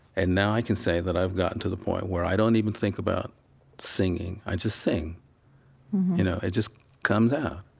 and now i can say that i've gotten to the point where i don't even think about singing. i just sing mm-hmm you know? it just comes out.